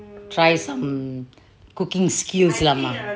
try some cooking skills lah amma